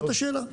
זאת השאלה.